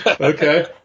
Okay